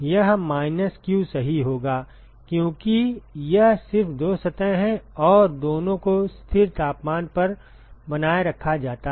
यह minus q सही होगा क्योंकि यह सिर्फ दो सतह हैं और दोनों को स्थिर तापमान पर बनाए रखा जाता है